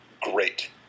great